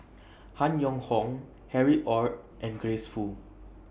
Han Yong Hong Harry ORD and Grace Fu